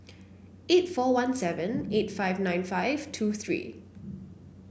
eight four one seven eight five nine five two three